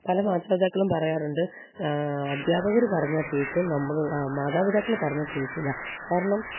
പല മാതാപിതാക്കളും പറയാറുണ്ട് അധ്യാപകർ പറഞ്ഞാൽ കേൾക്കും നമ്മൾ മാതാപിതാക്കൾ പറഞ്ഞാൽ കേൾക്കില്ല കാരണം